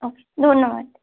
ওকে ধন্যবাদ